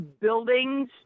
buildings